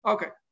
Okay